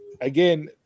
Again